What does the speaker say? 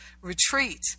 retreat